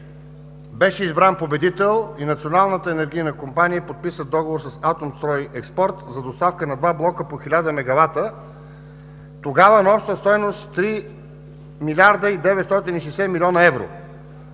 беше избран победител и Националната енергийна компания подписа договор с „Атомстройекспорт“ за доставка на два блока по 1000 мегавата, тогава на обща стойност 3 млрд. 960 млн. евро.